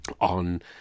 on